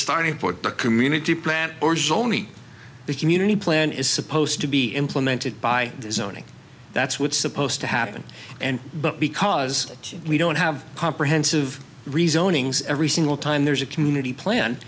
starting point the community plan the community plan is supposed to be implemented by zoning that's what's supposed to happen and but because we don't have comprehensive rezoning every single time there's a community plan